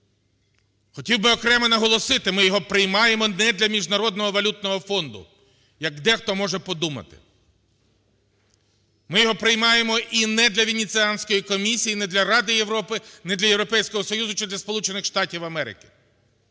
Хотів би окремо наголосити, ми його приймаємо не для Міжнародного валютного фонду, як дехто може подумати. Ми його приймаємо і не для Венеціанської комісії, не для Ради Європи, не для Європейського Союзу чи для